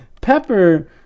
Pepper